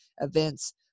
events